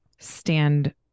stand